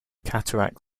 cataract